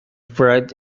bread